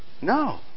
No